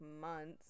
months